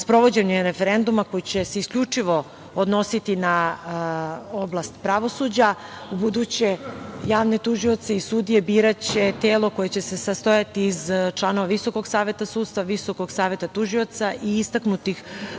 sprovođenjem referenduma, koji će se isključivo odnositi na oblast pravosuđa ubuduće javne tužioce i sudije biraće telo koje će se sastojati iz članova Visokog saveta sudstva, Visokog saveta tužioca i istaknutih